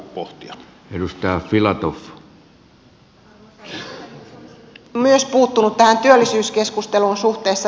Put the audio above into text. olisin myös puuttunut tähän työllisyyskeskusteluun suhteessa turkistarhaukseen